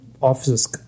offices